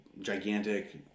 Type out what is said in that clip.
gigantic